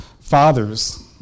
fathers